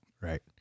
Right